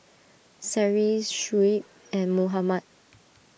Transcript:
Seri Shuib and Muhammad